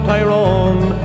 Tyrone